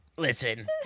Listen